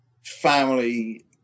family